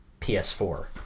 PS4